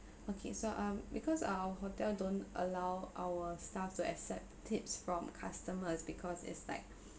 okay so um because our hotel don't allow our staff to accept tips from customers because it's like